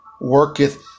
worketh